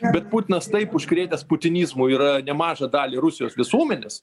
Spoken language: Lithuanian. bet putinas taip užkrėtęs putinizmu yra nemažą dalį rusijos visuomenės